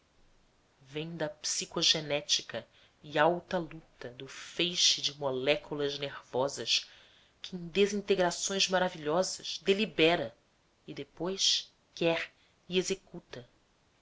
vem da psicogenética e alta luta do feixe de moléculas nervosas que em desintegrações maravilhosas delibera e depois quer e executa